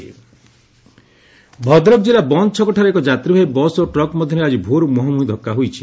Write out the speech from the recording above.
ଦୁର୍ଘଟଣା ଭଦ୍ରକ ଜିଲ୍ଲା ବନ୍ତ ଛକଠାରେ ଏକ ଯାତ୍ରୀବାହୀ ବସ୍ ଓ ଟ୍ରକ ମଧ୍ଧରେ ଆକଭୋରୁ ମୁହାଁମୁହିଁ ଧକ୍କା ହୋଇଛି